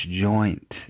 joint